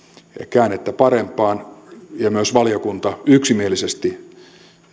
käännettä parempaan myös valiokunta yksimielisesti